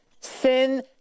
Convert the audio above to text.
sin